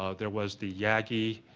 ah there was the yaggy